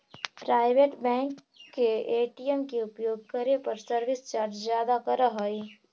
private bank के ATM के उपयोग करे पर सर्विस चार्ज ज्यादा करऽ हइ